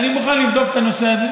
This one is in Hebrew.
אני מוכן לבדוק את הנושא הזה.